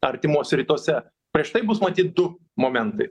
artimuose rytuose prieš tai bus matyt du momentai